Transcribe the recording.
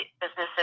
businesses